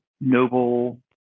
noble